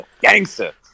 Gangster